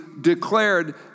declared